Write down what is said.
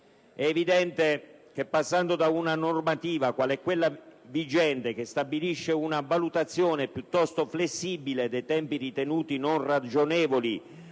È evidente che, passando da una normativa, qual è quella vigente, che stabilisce una valutazione piuttosto flessibile dei tempi ritenuti non ragionevoli,